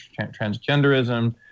transgenderism